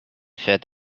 fed